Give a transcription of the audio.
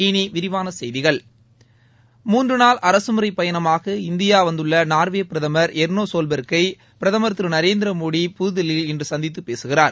இனி விரிவான செய்திகள் மூன்று நாள் அரகமுறைப் பயணமாக இந்தியா வந்துள்ள நா்வே பிரதமர் எா்னாசோல் பா்க்கை பிரதமா் திரு நரேந்திரமோடி புதுதில்லியில் இன்று சந்தித்து பேசுகிறார்